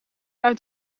uit